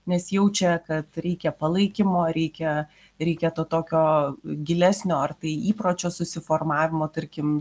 nes jaučia kad reikia palaikymo reikia reikia to tokio gilesnio ar tai įpročio susiformavimo tarkim